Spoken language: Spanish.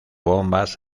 bombas